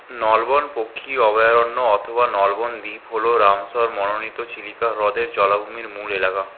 নলবন পক্ষি অভয়ারণ্য অথবা নলবন দ্বীপ হল রামসর মনোনীত চিলিকা হ্রদের জলাভূমির মূল এলাকা